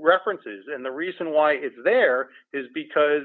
references and the reason why it's there is because